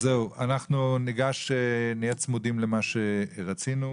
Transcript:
אנחנו נהיה צמודים למה שרצינו.